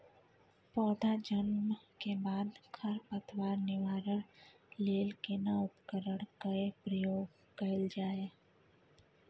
पौधा जन्म के बाद खर पतवार निवारण लेल केना उपकरण कय प्रयोग कैल जाय?